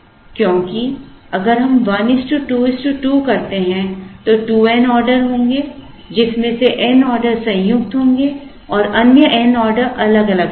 क्योंकि अगर हम 1 2 2 करते हैं तो 2 n ऑर्डर होंगे जिसमें से n ऑर्डर संयुक्त होंगे और अन्य n ऑर्डर अलग अलग होंगे